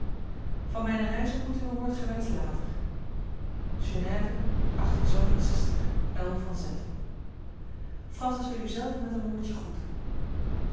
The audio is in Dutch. van mijne reisontmoetingen hoort gij wel eens later genève el van z francis wil u zelve met een woordje groeten